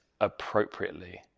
appropriately